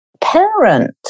parent